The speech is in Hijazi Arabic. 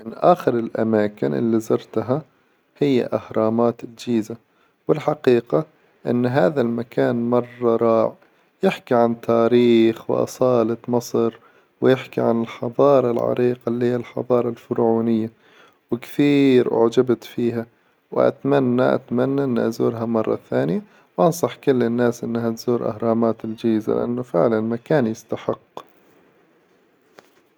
من آخر الأماكن إللي زرتها هي أهرامات الجيزة، والحقيقة إن هذا المكان مرة رائع، يحكي عن تاريخ وأصالة مصر، ويحكي عن الحظارة العريقة إللي هي الحظارة الفرعونية، وكثير أعجبت فيها وأتمنى أتمنى إني أزورها مرة ثانية، وأنصح كل الناس إنها تزور أهرامات الجيزة لأنه فعلا مكان يستحق.